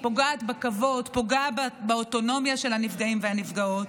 פוגעת בכבוד ופוגעת באוטונומיה של הנפגעים והנפגעות.